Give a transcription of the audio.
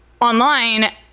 online